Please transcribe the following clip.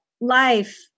life